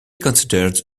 considered